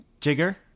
Jigger